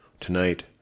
Tonight